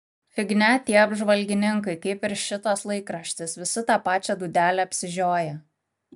fignia tie apžvalgininkai kaip ir šitas laikraštis visi tą pačią dūdelę apsižioję